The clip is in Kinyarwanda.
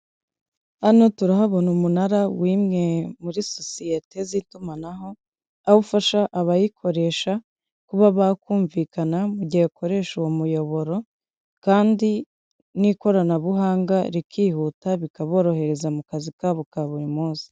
Hano turahabona umunara w'imwe muri sosiyete z'itumanaho, aho ufasha abayikoresha kuba bakumvikana mu gihe bakoresha uwo muyoboro kandi n'ikoranabuhanga rikihuta, bikaborohereza mu kazi kabo ka buri munsi.